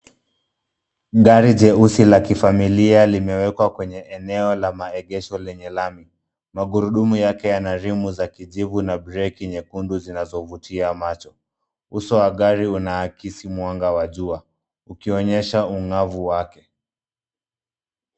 Gari jeusi la kifamilia limewekwa kwenye eneo la maegesho lenye lami. Magurudumu yake yana rimu za kijivu na breki nyekundu zinazovutia macho. Uso wa gari unaakisi mwanga wa jua ukionyesha ung'avu wake.